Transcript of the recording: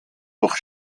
durch